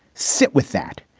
sit with that.